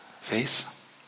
face